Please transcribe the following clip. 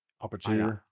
Opportunity